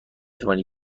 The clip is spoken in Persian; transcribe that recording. توانی